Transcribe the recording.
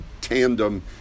tandem